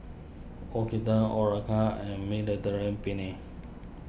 Korokke and Mediterranean Penne